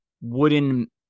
wooden